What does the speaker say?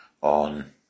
on